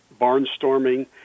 barnstorming